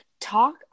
talk